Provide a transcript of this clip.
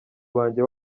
wanjye